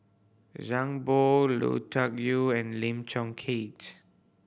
Zhang Bohe Lui Tuck Yew and Lim Chong Keat